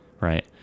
Right